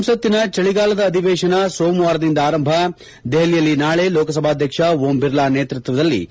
ಸಂಸತ್ತಿನ ಚಳಿಗಾಲದ ಅಧಿವೇಶನ ಸೋಮವಾರದಿಂದ ಆರಂಭ ದೆಹಲಿಯಲ್ಲಿ ನಾಳಿ ಲೋಕಸಭಾಧ್ಯಕ್ಷ ಓಂ ಬಿರ್ಲಾ ನೇತೃತ್ವದಲ್ಲಿ ಸರ್ವಪಕ್ಷ ಸಭೆ